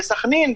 בסח'נין,